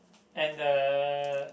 and uh